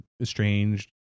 estranged